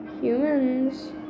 Humans